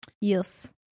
Yes